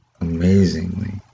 amazingly